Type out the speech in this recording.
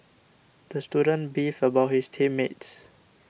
the student beefed about his team mates